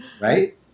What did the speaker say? Right